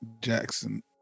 Jackson